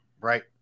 Right